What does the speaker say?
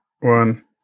one